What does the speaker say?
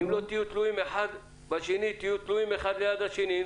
אם לא תהיה תלויים אחד בשני תהיו תלויים אחד ליד השני.